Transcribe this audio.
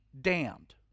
damned